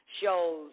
shows